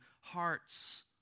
hearts